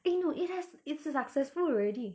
eh no it has it's a successful already